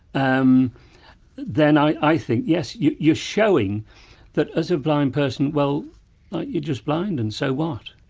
um then i i think, yes, you're you're showing that as a blind person well you're just blind and so what,